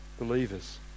believers